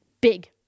Big